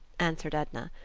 answered edna.